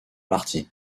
marty